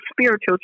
spiritual